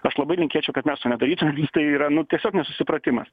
aš labai linkėčiau kad mes to nedarytume nu tai yra nu tiesiog nesusipratimas